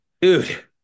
Dude